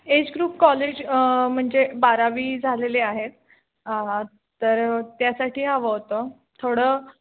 age group college म्हणजे बारावी झालेले आहेत तर त्यासाठी हवं होतं थोडं